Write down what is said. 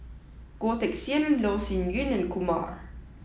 Goh Teck Sian Loh Sin Yun and Kumar